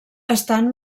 estan